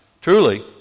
Truly